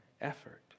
effort